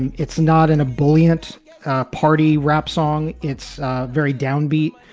and it's not in a bullet party rap song. it's very downbeat.